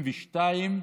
ל-2022-2021,